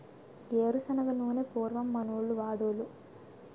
ఏరు శనగ నూనె పూర్వం మనోళ్లు వాడోలు